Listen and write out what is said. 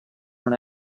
non